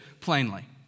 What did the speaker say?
plainly